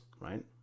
right